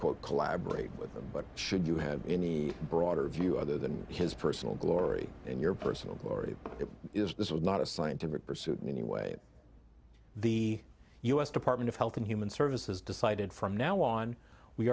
quote collaborate with them but should you have any broader view other than his personal glory and your personal glory it is not a scientific pursuit anyway the u s department of health and human services decided from now on we